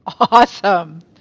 Awesome